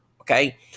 okay